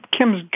Kim's